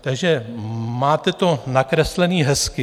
Takže máte to nakreslený hezky.